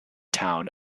town